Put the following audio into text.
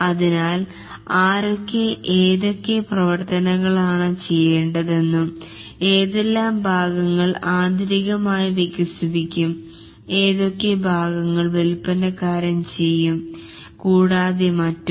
അതിനാൽ ആരൊക്കെ ഏതൊക്കെ പ്രവർത്തനങ്ങളാണ് ചെയ്യേണ്ടതെന്നും ഏതെല്ലാം ഭാഗങ്ങൾ ആന്തരികമായി വികസിപ്പിക്കും ഏതൊക്കെ ഭാഗങ്ങൾ വിൽപ്പനക്കാരൻ ചെയ്യും കൂടാതെ മറ്റും